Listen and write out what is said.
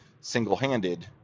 single-handed